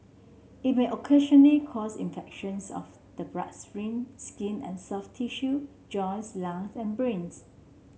it may occasionally cause infections of the bloodstream skin and soft tissue joints lung and brains